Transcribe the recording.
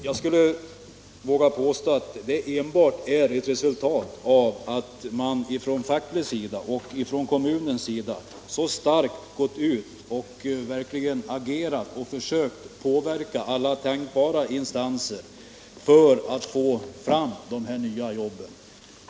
Jag vågar påstå att det beror på att man från fackets och kommunens sida verkligen har agerat och försökt påverka alla tänkbara instanser för att få fram de här nya jobben.